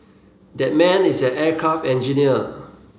that man is an aircraft engineer